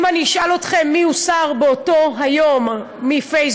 אם אני אשאל אתכם מי הוסר באותו היום מפייסבוק,